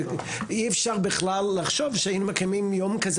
אי-אפשר לחשוב שהיינו מקיימים יום כזה